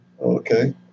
Okay